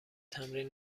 تمرین